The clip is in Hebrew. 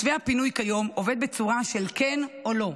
מתווה הפינוי כיום עובד בצורה של כן או לא,